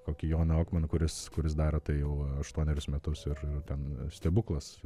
kokį joną okmaną kuris kuris daro tai jau aštuonerius metus ir ten stebuklas